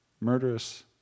murderous